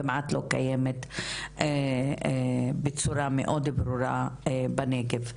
כמעט לא קיימת בצורה מאוד ברורה בנגב.